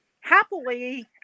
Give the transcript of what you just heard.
happily